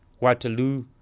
Waterloo